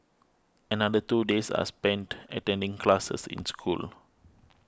another two days are spent attending classes in school